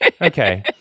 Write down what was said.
Okay